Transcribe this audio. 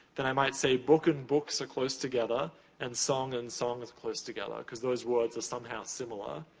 then i might say book and books are close together and song and songs are close together. cause those words are somehow similar.